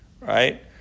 Right